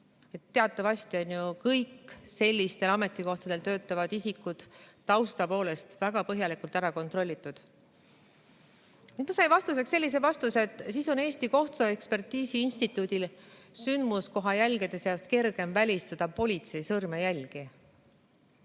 (teatavasti on ju kõik sellistel ametikohtadel töötavad isikud tausta poolest väga põhjalikult ära kontrollitud). Sain vastuseks, et siis on Eesti Kohtuekspertiisi Instituudil sündmuskoha jälgede seast kergem välistada politsei sõrmejälgi.